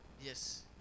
Yes